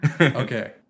Okay